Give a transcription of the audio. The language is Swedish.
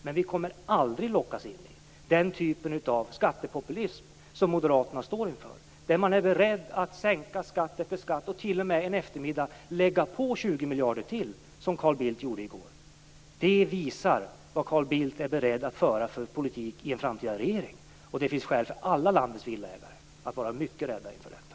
Men vi kommer aldrig att lockas in i den typ av skattepopulism som moderaterna står för och där man är beredd att sänka skatt efter skatt och t.o.m. en eftermiddag lägga på 20 miljarder till, som Carl Bildt gjorde i går. Det visar vad Carl Bildt är beredd att föra för en politik i en framtida regering. Det finns skäl för alla landets villaägare att vara mycket rädda inför detta.